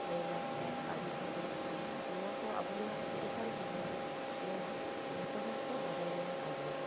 ᱞᱟᱹᱭ ᱞᱟᱠᱪᱟᱨ ᱟᱹᱨᱤ ᱪᱟᱹᱞᱤ ᱱᱚᱣᱟ ᱠᱚ ᱟᱵᱚᱱᱟᱜ ᱪᱮᱫ ᱞᱮᱠᱟᱱ ᱛᱟᱵᱚᱱᱟ ᱱᱚᱣᱟ ᱡᱚᱛᱚ ᱦᱚᱲ ᱠᱚ ᱵᱟᱰᱟᱭ ᱧᱟᱢ ᱛᱟᱵᱚᱱᱟ